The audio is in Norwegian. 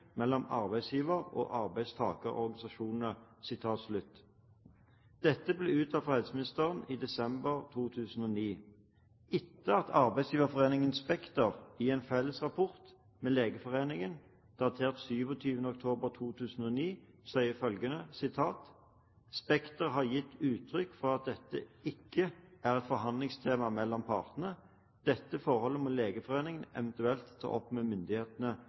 mellom arbeidsgiver- og arbeidstakerorganisasjoner.» Dette svarte helseministeren i desember 2009, etter at arbeidsgiverforeningen Spekter i en fellesrapport med Legeforeningen datert 27. oktober 2009 sier følgende: «Spekter har gitt uttrykk for at dette ikke er «forhandlingstema» mellom partene. Dette forhold må Dnlf evt. ta opp med myndighetene.»